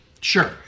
Sure